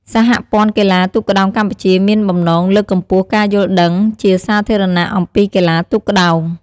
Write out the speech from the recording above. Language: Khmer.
សហព័ន្ធកីឡាទូកក្ដោងកម្ពុជាមានបំណងលើកកម្ពស់ការយល់ដឹងជាសាធារណៈអំពីកីឡាទូកក្ដោង។